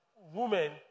women